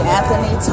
Anthony